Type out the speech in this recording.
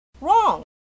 Wrong